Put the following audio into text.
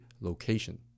location